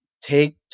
take